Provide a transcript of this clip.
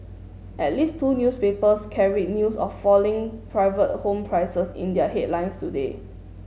at least two newspapers carried news of falling private home prices in their headlines today